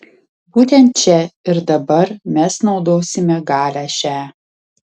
būtent čia ir dabar mes naudosime galią šią